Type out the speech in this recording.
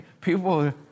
People